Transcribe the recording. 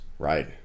Right